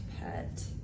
pet